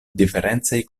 diferencaj